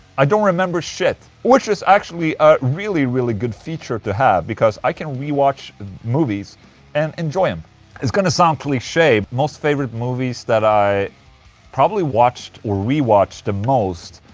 i don't remember shit which is actually a really really good feature to have, because i can rewatch movies and enjoy them it's gonna sound cliche, most favorite movies that i probably watched or rewatched the most.